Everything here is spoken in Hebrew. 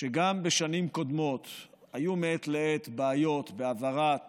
שגם בשנים קודמות היו מעת לעת בעיות בהעברת